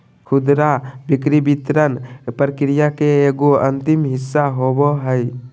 खुदरा बिक्री वितरण प्रक्रिया के एगो अंतिम हिस्सा होबो हइ